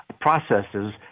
processes